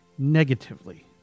negatively